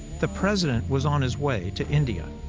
the president was on his way to india.